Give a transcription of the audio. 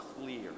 clear